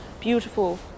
beautiful